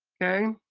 okay?